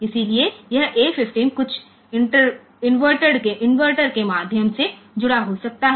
इसलिए यह A15 कुछ इनवर्टर के माध्यम से जुड़ा हो सकता है